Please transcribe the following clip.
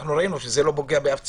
שזה לא פוגע באף צד.